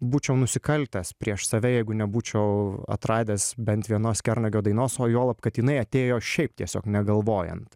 būčiau nusikaltęs prieš save jeigu nebūčiau atradęs bent vienos kernagio dainos o juolab kad jinai atėjo šiaip tiesiog negalvojant